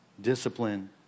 discipline